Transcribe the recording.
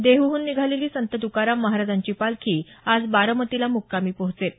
देहूहून निघालेली संत तुकाराम महाराजांची पालखी आज बारामतीला मुक्कामी पोहोचेल